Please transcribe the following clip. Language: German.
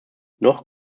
noch